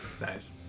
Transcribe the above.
Nice